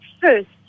first